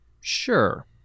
sure